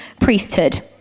Priesthood